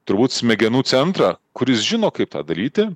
turbūt smegenų centrą kuris žino kaip tą daryti